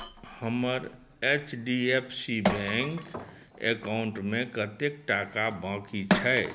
हमर H D F C bank अकाउंटमे कतेक टाका बाकि छै